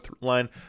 line